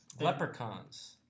leprechauns